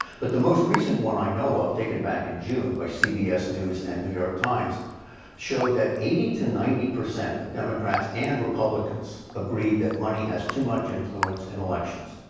but the most recent one i know of, taken back in june by cbs news and the new york times show that eighty to ninety percent of democrats and republicans agree that money has too much influence in elections,